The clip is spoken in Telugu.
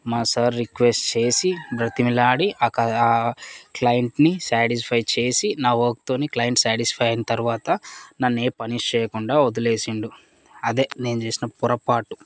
మా సార్ రిక్వెస్ట్ చేసి బ్రతిమలాడి క్లైంట్ని సాటిస్ఫై చేసి నా వర్క్ తోని క్లైంట్ సాటిస్ఫై అయిన తర్వాత నన్ను పనిష్ చేయకుండా వదిలేసిండు అదే నేను చేసిన పొరపాటు